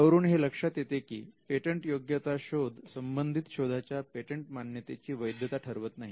यावरून हे लक्षात येते की पेटंटयोग्यता शोध संबंधित शोधाच्या पेटंट मान्यतेची वैधता ठरवत नाही